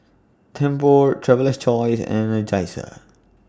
Tempur Traveler's Choice and Energizer